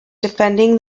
defending